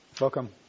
Welcome